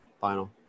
Final